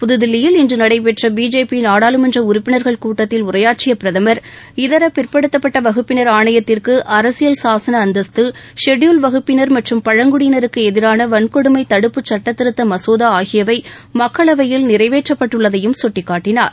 புதுதில்லியில் இன்று நடைபெற்ற பிஜேபி நாடாளுமன்ற உறுப்பினர்கள் கூட்டத்தில் உரையாற்றிய பிரதமர் இதர பிற்படுத்தப்பட்ட வகுப்பினர் ஆணையத்திற்கு அரசியல் சாசன அந்தஸ்து ஷெட்யூல்டு வசுப்பினர் மற்றும் பழங்குடியினருக்கு எதிரான வன்கொடுமை தடுப்பு சுட்டத்திருத்த மசோதா ஆகியவை மக்களவையில் நிறைவேற்றப்பட்டுள்ளதையும் சுட்டிக்காட்டினார்